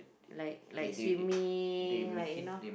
like like swimming like you know